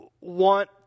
want